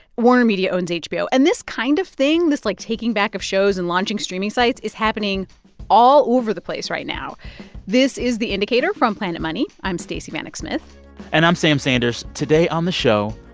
warnermedia owns hbo. and this kind of thing this, like, taking back of shows and launching streaming sites is happening all over the place right now this is the indicator from planet money. i'm stacey vanek smith and i'm sam sanders. today on the show,